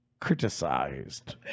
criticized